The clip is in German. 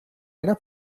einer